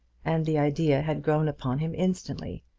and the idea had grown upon him instantly,